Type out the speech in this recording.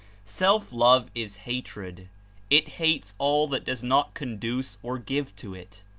self-love is hatred it hates all that does not conduce or give to it.